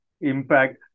impact